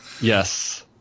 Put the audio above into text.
yes